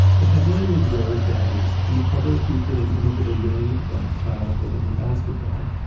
the headline was, where's daddy? and the cover featured an image of a young black child holding a basketball.